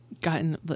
gotten